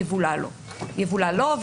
יבולע לו יבולע לו,